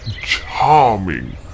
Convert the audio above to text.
Charming